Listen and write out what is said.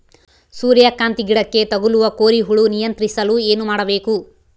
ಸೂರ್ಯಕಾಂತಿ ಗಿಡಕ್ಕೆ ತಗುಲುವ ಕೋರಿ ಹುಳು ನಿಯಂತ್ರಿಸಲು ಏನು ಮಾಡಬೇಕು?